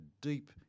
deep